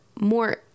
more